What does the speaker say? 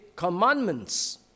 commandments